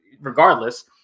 Regardless